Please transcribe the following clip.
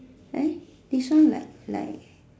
eh this one like like